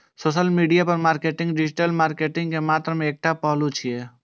social media marketing digital marketing के मात्र एकटा पहलू छियै